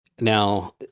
Now